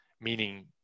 meaning